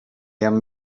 han